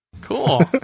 Cool